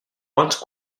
once